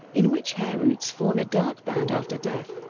in which hair roots form a dark band after death,